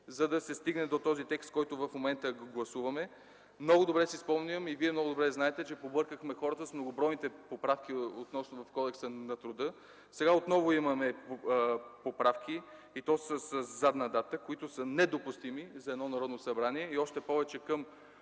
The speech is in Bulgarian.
за да се стигне до този текст, който в момента гласуваме. Много добре си спомням и вие много добре знаете, че побъркахме хората с многобройните поправки в Кодекса на труда. Сега отново имаме поправки и то със задна дата, които са недопустими за едно Народно събрание и още повече към